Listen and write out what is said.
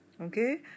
Okay